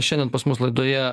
šiandien pas mus laidoje